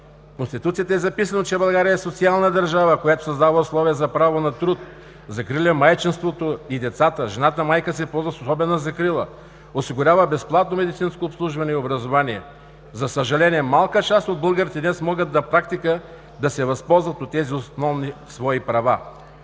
Конституцията е записано, че България е социална държава, която създава условия за право на труд, закриля майчинството и децата, жената-майка се ползва с особена закрила, осигурява безплатно медицинско обслужване и образование. За съжаление малка част от българите днес могат на практика да се възползват от тези основни свои права.